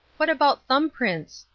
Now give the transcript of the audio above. what about thumb-prints?